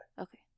Okay